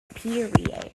period